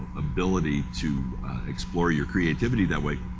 ability to explore your creativity that way.